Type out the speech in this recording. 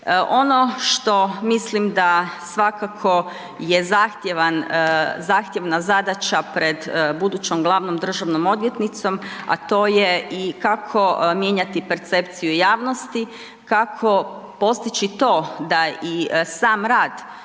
Ono što mislim da je svakako zahtjevna zadaća pred budućom glavnom državnom odvjetnicom, a to je i kako mijenjati percepciju javnosti, kako postići to da i sam rad